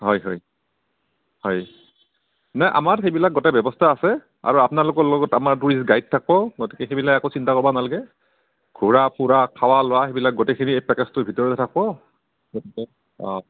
হয় হয় হয় নাই আমাৰ সেইবিলাক গোটেই ব্যৱস্থা আছে আৰু আপোনালোকৰ লগত আমাৰ টুৰিষ্ট গাইড থাকিব গতিকে সেইবিলাক একো চিন্তা কৰিব নালাগে ঘূৰা ফুৰা খোৱা লোৱা সেইবিলাক গোটেইখিনি এই পেকেজটোৰ ভিতৰতে থাকিব গতিকে অঁ